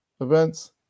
events